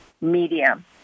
medium